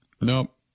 nope